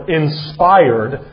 inspired